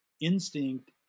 instinct